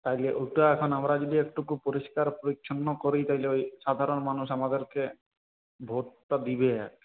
তাহলে ওটা এখন আমরা যদি একটুকু পরিষ্কার পরিচ্ছন্ন করি তাহলে ওই সাধারণ মানুষ আমাদেরকে ভোটটা দেবে আর কি